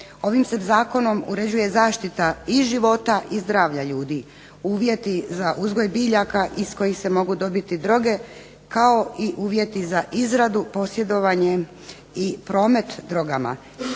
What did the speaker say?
Ovim se Zakonom uređuje zaštita i života i zdravlja ljudi, uvjeti za uzgoj biljaka iz kojih se mogu dobiti droge kao i uvjeti za izradu, posjedovanje i promet drogama